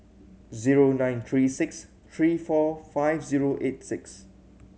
zero nine three six three four five zero eight six